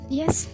yes